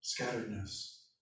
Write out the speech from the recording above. scatteredness